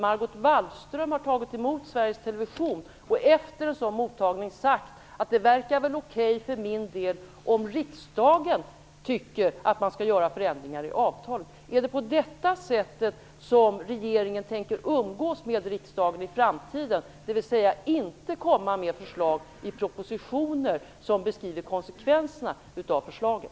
Margot Wallström har tagit emot representanter för Sveriges Television och efter denna mottagning sagt: Det verkar väl okej för min del, om riksdagen tycker att man skall göra förändringar i avtalet. Är det på detta sätt som regeringen tänker umgås med riksdagen i framtiden, dvs., inte lägga fram förslag i propositioner som beskriver konsekvenserna av förslaget?